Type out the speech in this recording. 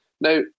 Now